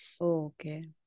okay